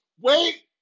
Wait